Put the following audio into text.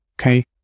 okay